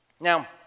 Now